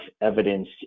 evidence